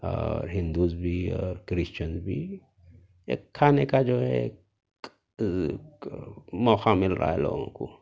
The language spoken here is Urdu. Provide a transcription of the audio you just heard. اور ہندو بھی اور کرسچین بھی ایک کھانے کا جو ہے موقعہ مل رہا ہے لوگوں کو